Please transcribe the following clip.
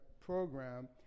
program